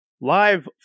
live